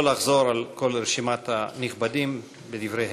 לחזור על כל רשימת הנכבדים בדבריהם.